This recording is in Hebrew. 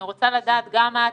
אני רוצה לדעת גם מה התקציב.